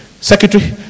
Secretary